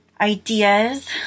ideas